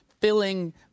filling